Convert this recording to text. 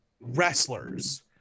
wrestlers